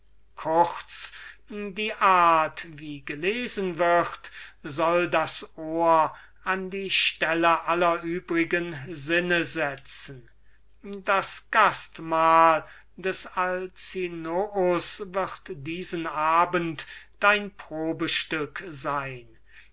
kurz die art wie gelesen wird soll das ohr an die stelle aller übrigen sinne setzen das gastmahl des alcinous soll diesen abend dein probstück sein